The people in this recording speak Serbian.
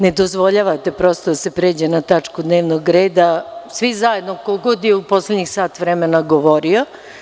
Ne dozvoljavate prosto da se pređe na tačku dnevnog reda, svi zajedno, ko god je u poslednjih sat vremena govorio.